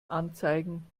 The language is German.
anzeigen